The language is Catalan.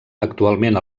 actualment